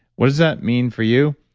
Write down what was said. what does that mean for you?